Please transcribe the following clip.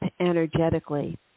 energetically